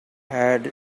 had